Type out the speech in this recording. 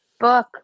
book